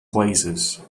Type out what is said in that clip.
places